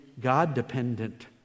God-dependent